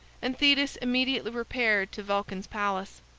and thetis immediately repaired to vulcan's palace.